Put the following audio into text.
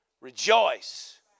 rejoice